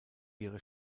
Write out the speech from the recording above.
ihre